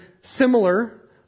similar